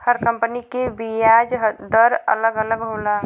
हर company के बियाज दर अलग अलग होला